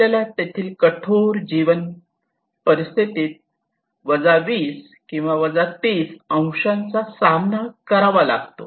आपल्याला तेथील कठोर जीवन परिस्थितीत 20 30 अंशांचा सामना करावा लागतो